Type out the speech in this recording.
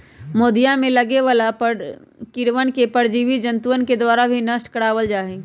मोदीया में लगे वाला कीड़वन के परजीवी जंतुअन के द्वारा भी नष्ट करवा वल जाहई